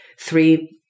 three